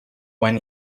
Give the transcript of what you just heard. when